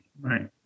Right